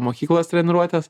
mokyklos treniruotes